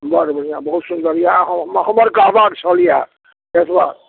बड़ बढ़िआँ बहुत सुन्दर यऽ हमर कहबाक छल इएह एतबा